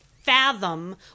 fathom